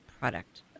product